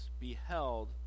beheld